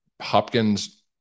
Hopkins